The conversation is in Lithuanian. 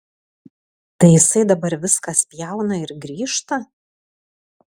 tai jisai dabar viską spjauna ir grįžta